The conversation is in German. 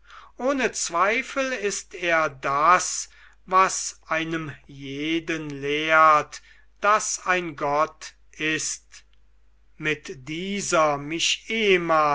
ohne zweifel ist er das was einem jeden lehrt daß ein gott ist mit dieser mich